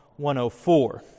104